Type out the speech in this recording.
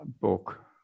book